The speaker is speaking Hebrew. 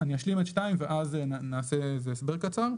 (ג);" אשלים את 2 ואז ניתן איזה הסבר קצר.